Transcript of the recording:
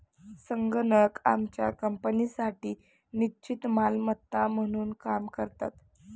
संगणक आमच्या कंपनीसाठी निश्चित मालमत्ता म्हणून काम करतात